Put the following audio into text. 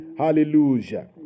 hallelujah